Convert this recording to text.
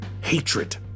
hatred